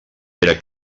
era